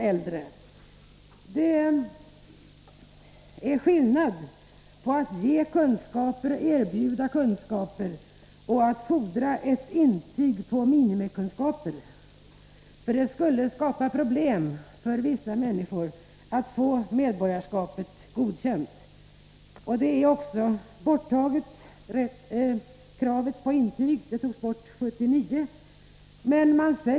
Onsdagen den Det är skillnad mellan att ge kunskaper och erbjuda kunskaper å ena sidan 723 november 1983 och att fordra ett intyg på minimikunskaper å andra sidan. Ett sådant krav skulle skapa problem för vissa människor när det gäller att få medborgarska = Vissa krav för erpet godkänt. hållande av svenskt Kravet på intyg togs bort 1979.